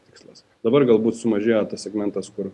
tikslas dabar galbūt sumažėjo tas segmentas kur